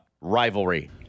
rivalry